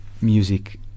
music